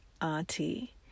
auntie